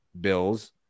Bills